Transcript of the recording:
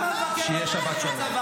אתה אומר על חוק-יסוד: מבקר המדינה?